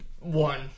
one